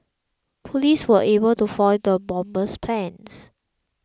police were able to foil the bomber's plans